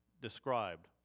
described